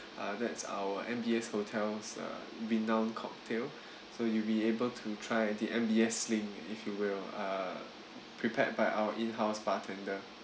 uh that's our M_B_S hotel's uh renowned cocktail so you'll be able to try the M_B_S sling if you will uh prepared by our in house bartender